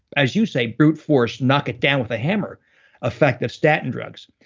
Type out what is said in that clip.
as you say, brute force, knock-it-down-with-a-hammer effect of statin drugs?